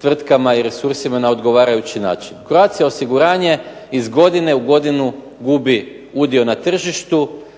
tvrtkama i resursima na odgovarajući način. Croatia osiguranje iz godine u godinu gubi udio na tržištu,